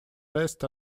test